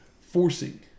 forcing